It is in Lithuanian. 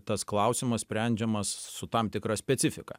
tas klausimas sprendžiamas su tam tikra specifika